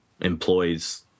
employs